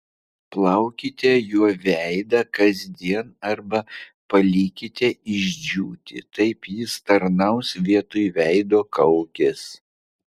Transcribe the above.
plaukite juo veidą kasdien arba palikite išdžiūti taip jis tarnaus vietoj veido kaukės